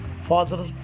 Father